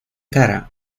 cara